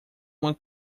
uma